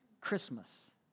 Christmas